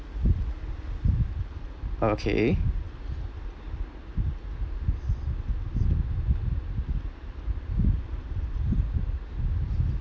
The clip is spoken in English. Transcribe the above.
okay